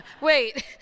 wait